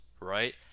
right